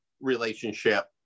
relationship